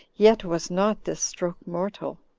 yet was not this stroke mortal.